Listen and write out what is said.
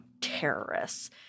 terrorists